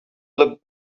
look